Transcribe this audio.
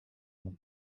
mon